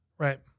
Right